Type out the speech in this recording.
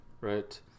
right